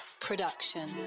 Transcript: production